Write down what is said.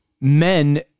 men